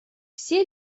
все